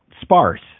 sparse